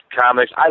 comics